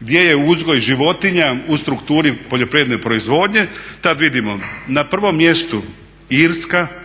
gdje je uzgoj životinja u strukturi poljoprivredne proizvodnje tad vidimo na prvom mjestu Irska